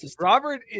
Robert